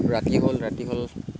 ৰাতি হ'ল ৰাতি হ'ল